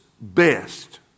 best